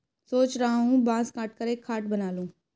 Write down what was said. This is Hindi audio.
सोच रहा हूं बांस काटकर एक खाट बना लूं